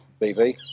BV